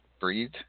breathe